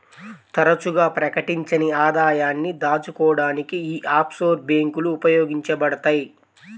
తరచుగా ప్రకటించని ఆదాయాన్ని దాచుకోడానికి యీ ఆఫ్షోర్ బ్యేంకులు ఉపయోగించబడతయ్